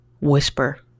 whisper